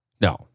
No